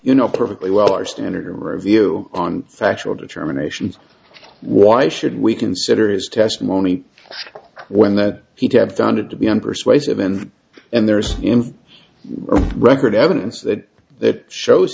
you know perfectly well our standard of review on factual determination is why should we consider his testimony when that he'd have done it to be unpersuasive in and there's enough record evidence that